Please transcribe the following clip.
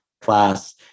class